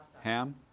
Ham